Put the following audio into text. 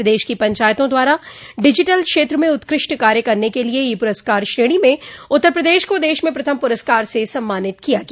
प्रदेश की पंचायतों द्वारा डिजिटल क्षेत्र में उत्कृष्ट कार्य करने के लिये ई पुरस्कार श्रेणी में उत्तर प्रदेश को देश में प्रथम पुरस्कार से सम्मानित किया गया